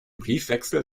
briefwechsel